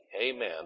Amen